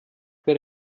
wäre